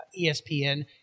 ESPN